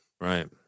Right